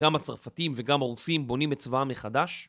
גם הצרפתים וגם הרוסים בונים את צבאם מחדש